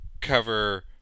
cover